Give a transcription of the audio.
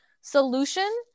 solution